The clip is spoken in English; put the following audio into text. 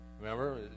Remember